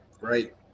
right